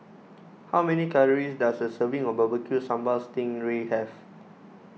how many calories does a serving of Barbecue Sambal Sting Ray have